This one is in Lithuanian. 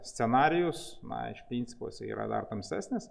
scenarijus na iš principo jisai yra dar tamsesnis